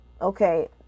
Okay